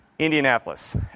Indianapolis